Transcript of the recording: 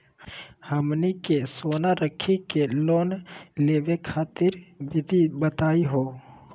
हमनी के सोना रखी के लोन लेवे खातीर विधि बताही हो?